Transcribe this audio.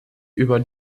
über